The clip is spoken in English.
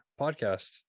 podcast